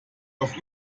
auf